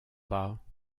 pas